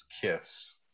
kiss